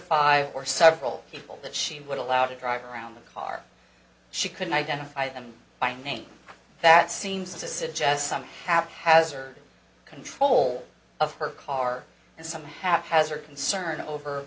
five or several people that she would allow to drive around the car she couldn't identify them by name that seems to suggest some haphazard control of her car and some haphazard concern over